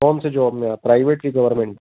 कौन से जॉब में है आप प्राइवेट कि गवर्मेंट